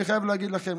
אני חייב להגיד לכם,